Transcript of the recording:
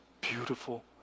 beautiful